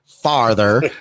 farther